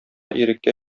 иреккә